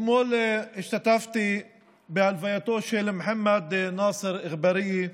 אתמול השתתפתי בהלווייתו של מוחמד נאסר אגבריה,